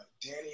Danny